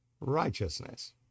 righteousness